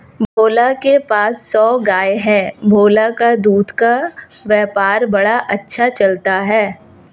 भोला के पास सौ गाय है भोला का दूध का व्यापार बड़ा अच्छा चलता है